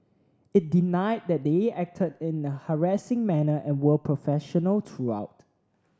it denied that they acted in a harassing manner and were professional throughout